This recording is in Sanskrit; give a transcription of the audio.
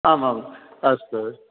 आम् आम् अस्तु अस्